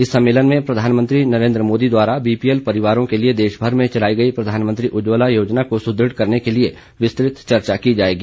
इस सम्मेलन में प्रधानमंत्री नरेन्द्र मोदी द्वारा बीपीएल परिवारों के लिये देशभर में चलाई गई प्रधानमंत्री उज्जवला योजना को सुद्रढ़ करने के लिये विस्तृत चर्चा की जाएगी